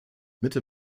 mitte